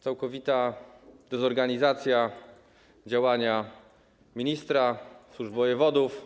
Całkowita dezorganizacja działania ministra, służb, wojewodów.